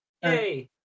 Hey